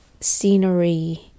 scenery